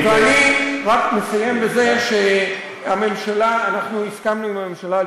ואני רק מסיים בזה שאנחנו הסכמנו עם הממשלה על